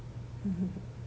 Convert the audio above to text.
mmhmm